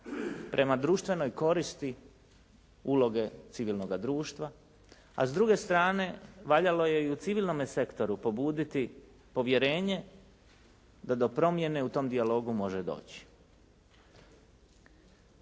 prema društvenoj koristi uloge civilnoga društva. A s druge strane, valjalo je i u civilnome sektoru pobuditi povjerenje da do promjene u tom dijalogu može doći.